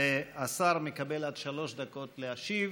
והשר מקבל עד שלוש דקות להשיב.